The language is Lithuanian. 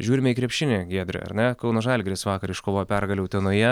žiūrime į krepšinį giedre ar ne kauno žalgiris vakar iškovojo pergalę utenoje